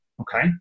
okay